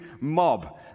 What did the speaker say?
mob